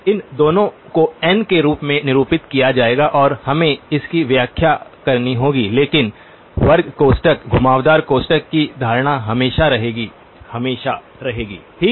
इन दोनों को n के रूप में निरूपित किया जाएगा और हमें इसकी व्याख्या करनी होगी लेकिन वर्ग कोष्ठक घुमावदार कोष्ठक की धारणा हमेशा रहेगी हमेशा रहेगीठीक